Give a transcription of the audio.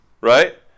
right